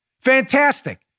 Fantastic